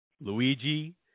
Luigi